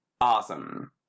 awesome